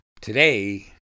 today